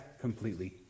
completely